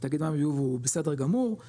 תאגיד מים וביוב הוא בסדר גמור,